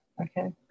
Okay